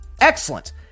excellent